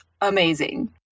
amazing